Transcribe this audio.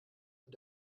und